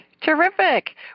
Terrific